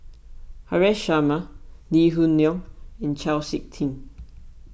Haresh Sharma Lee Hoon Leong and Chau Sik Ting